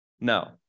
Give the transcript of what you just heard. no